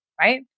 right